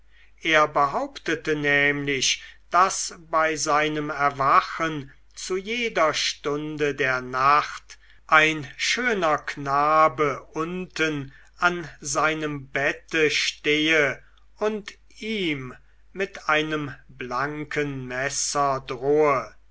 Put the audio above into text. er behauptete nämlich daß bei seinem erwachen zu jeder stunde der nacht ein schöner knabe unten an seinem bette stehe und ihm mit einem blanken messer drohe